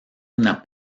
una